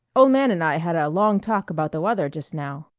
old man and i had a long talk about the weather just now.